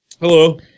Hello